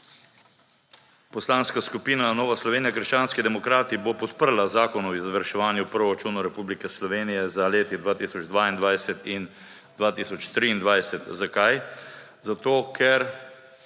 Poslanska skupina Nova Slovenija – krščanski demokrati bo podprla zakon o izvrševanju proračunov Republike Slovenije za leti 2022 in 2023. Zakaj? Zato ker